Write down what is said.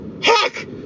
Heck